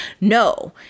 No